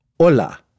Hola